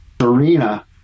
Serena